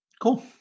Cool